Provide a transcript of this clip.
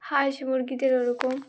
হাঁস মুরগিদের ওরকম